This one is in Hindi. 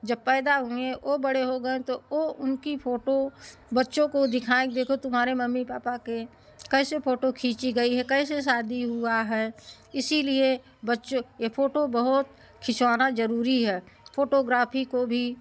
जब पैदा हुए ओ बड़े हो गए तो ओ उनकी फ़ोटो बच्चों को दिखाएँ कि देखो तुम्हारे मम्मी पापा के कैसे फ़ोटो खींची गई है कैसे शादी हुआ है इसीलिए बच्चों यह फ़ोटो बहुत खिंचवाना ज़रूरी है फ़ोटोग्राफ़ी को भी